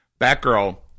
Batgirl